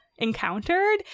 encountered